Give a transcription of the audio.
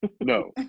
No